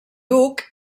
hug